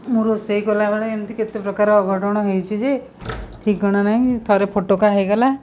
ମୁଁ ରୋଷେଇ କଲାବେଳେ ଏମିତି କେତେପ୍ରକାର ଅଘଟଣ ହେଇଛି ଯେ ଠିକଣା ନାହିଁ ଥରେ ଫୋଟକା ହେଇଗଲା